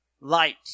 light